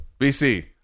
BC